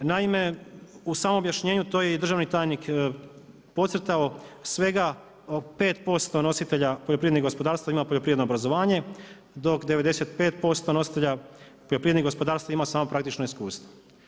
Naime, u samom objašnjenju to je i državnik tajnik podcrtao svega 5% nositelja poljoprivrednih gospodarstava ima poljoprivredno obrazovanje, dok 95% nositelja poljoprivrednih gospodarstava ima samo praktično iskustvo.